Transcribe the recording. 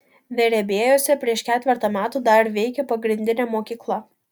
verebiejuose prieš ketvertą metų dar veikė pagrindinė mokykla